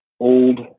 old